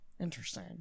Interesting